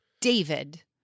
David